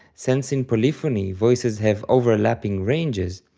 since in polyphony voices have overlapping ranges,